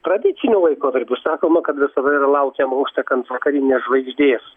tradiciniu laikotarpiu sakoma kad visada yra laukiama užtekant vakarinės žvaigždės